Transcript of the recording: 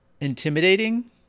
intimidating